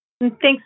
Thanks